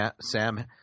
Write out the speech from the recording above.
Sam